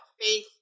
faith